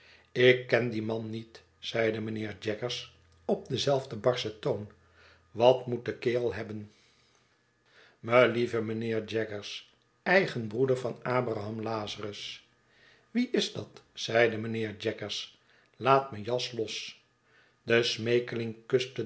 ik ken dien man niet zeide mynheer jaggers op denzelfden barschen toon wat moet de kerel hebben me lieve mijnheer jaggers eigen broeder van abraham lazarus wie is dat zeide mijnheer jaggers laat me jas los de